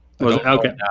Okay